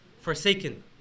forsaken